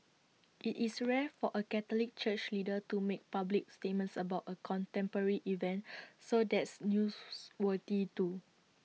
IT is rare for A Catholic church leader to make public statements about A contemporary event so that's news worthy too